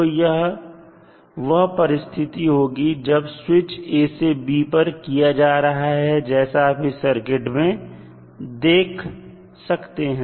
तो यह वह परिस्थिति होगी जब स्विच को A से B पर किया जा रहा है जैसा आप इस सर्किट में देख सकते हैं